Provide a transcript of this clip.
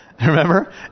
remember